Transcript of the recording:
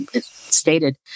stated